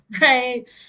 right